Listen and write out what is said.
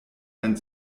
ein